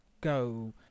go